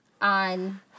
on